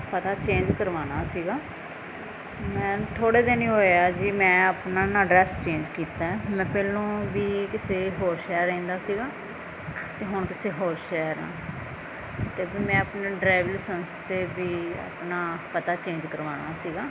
ਪਤਾ ਚੇਂਜ ਕਰਵਾਉਣਾ ਸੀਗਾ ਮੈਮ ਥੋੜ੍ਹੇ ਦਿਨ ਹੀ ਹੋਏ ਆ ਜੀ ਮੈਂ ਆਪਣਾ ਨਾ ਅਡਰੈਂਸ ਚੇਂਜ ਕੀਤਾ ਮੈਂ ਪਹਿਲਾਂ ਵੀ ਕਿਸੇ ਹੋਰ ਸ਼ਹਿਰ ਰਹਿੰਦਾ ਸੀਗਾ ਅਤੇ ਹੁਣ ਕਿਸੇ ਹੋਰ ਸ਼ਹਿਰ ਹਾਂ ਅਤੇ ਫਿਰ ਮੈਂ ਆਪਣਾ ਡਰਾਈਵਿੰਗ ਲਾਇਸੰਸ 'ਤੇ ਵੀ ਆਪਣਾ ਪਤਾ ਚੇਂਜ ਕਰਵਾਉਣਾ ਸੀਗਾ